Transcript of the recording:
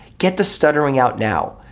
get the stuttering out now,